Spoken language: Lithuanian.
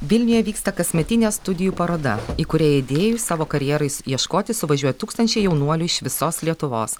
vilniuje vyksta kasmetinė studijų paroda į kurią idėjų savo karjerais ieškoti suvažiuoja tūkstančiai jaunuolių iš visos lietuvos